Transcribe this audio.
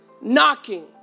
knocking